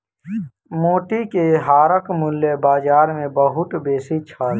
मोती के हारक मूल्य बाजार मे बहुत बेसी छल